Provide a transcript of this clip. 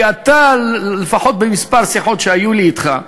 כי אתה, לפחות בכמה שיחות שהיו לי אתך,